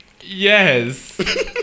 Yes